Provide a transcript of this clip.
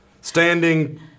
standing